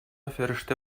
фәрештә